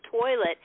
toilet